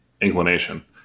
inclination